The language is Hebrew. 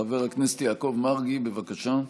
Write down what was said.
חבר הכנסת יעקב מרגי, בבקשה.